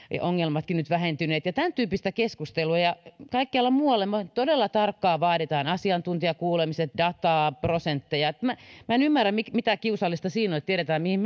ongelmatkin nyt vähentyneet ja tämäntyyppistä keskustelua kaikkialla muualla me todella tarkkaan vaadimme asiantuntijakuulemiset dataa prosentteja minä minä en ymmärrä mitä kiusallista siinä on että tiedetään mihin